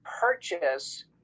purchase